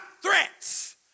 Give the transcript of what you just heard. threats